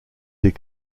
des